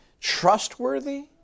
trustworthy